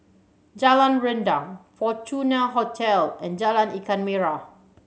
Jalan Rendang Fortuna Hotel and Jalan Ikan Merah